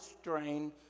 strain